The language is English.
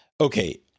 Okay